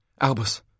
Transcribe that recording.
Albus